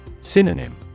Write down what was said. Synonym